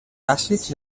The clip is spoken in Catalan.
bàsics